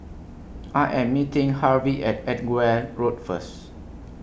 I Am meeting Harvey At Edgware Road First